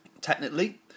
Technically